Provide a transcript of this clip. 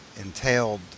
entailed